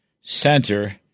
Center